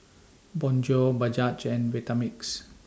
Bonjour Bajaj and Vitamix